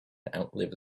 outlive